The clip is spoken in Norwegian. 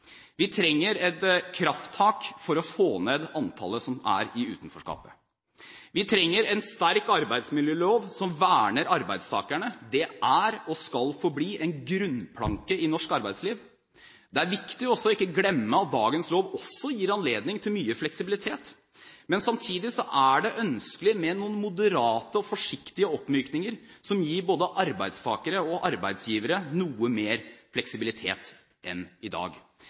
Vi trenger et krafttak for å få ned antallet som er i utenforskapet. Vi trenger en sterk arbeidsmiljølov som verner arbeidstakerne. Det er og skal forbli en grunnplanke i norsk arbeidsliv. Det er viktig også ikke å glemme at dagens lov gir anledning til mye fleksibilitet. Samtidig er det ønskelig med noen moderate og forsiktige oppmykninger som gir både arbeidstakere og arbeidsgivere noe mer fleksibilitet enn i dag.